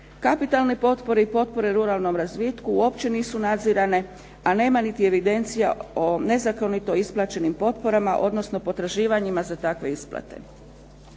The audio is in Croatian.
Kapitalne potpore i potpore ruralnom razvitku uopće nisu nadzirane a nema niti evidencija o nezakonito isplaćenim potporama, odnosno potraživanjima za takve isplate.